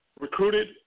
recruited